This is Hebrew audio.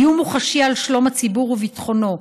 איום מוחשי על שלום הציבור וביטחונו.